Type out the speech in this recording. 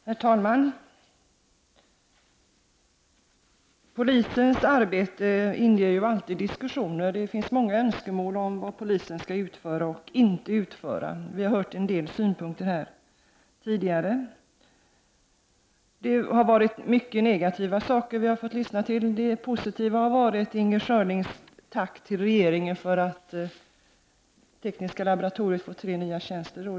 Herr talman! Polisens arbete väcker alltid diskussion. Det finns många önskemål om vad polisen skall utföra resp. inte utföra. Vi har hört en del synpunkter här tidigare. Vi har fått lyssna till mycket negativa saker. Det positiva var Inger Schörlings tack till regeringen för att kriminaltekniska laboratoriet får tre nya tjänster.